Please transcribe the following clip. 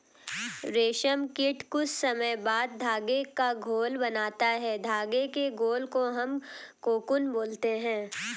रेशम कीट कुछ समय बाद धागे का घोल बनाता है धागे के घोल को हम कोकून बोलते हैं